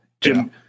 Jim